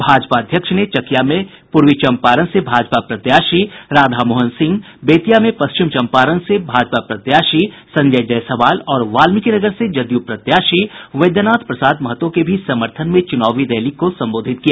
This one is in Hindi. भाजपा अध्यक्ष ने चकिया में पूर्वी चंपारण से भाजपा प्रत्याशी राधामोहन सिंह बेतिया में पश्चिम चंपारण से भाजपा प्रत्याशी संजय जायसवाल और वाल्मिकीनगर से जदयू प्रत्याशी वैद्यनाथ प्रसाद महतो के भी समर्थन में चुनावी रैली को संबोधित किया